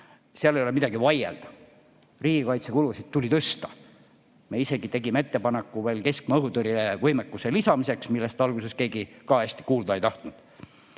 Seal ei ole midagi vaielda, riigikaitsekulusid tuli tõsta. Me isegi tegime ettepaneku veel keskmaa õhutõrje võimekuse lisamiseks, millest alguses keegi eriti kuulda ei tahtnud.